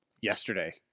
yesterday